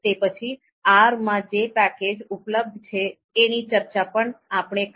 તે પછી R માં જે પેકેજ ઉપલબ્ધ છે એની ચર્ચા પણ આપણે કરી